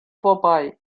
vorbei